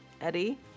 Eddie